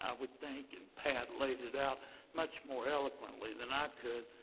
i would think, and pat laid it out much more eloquently than i could.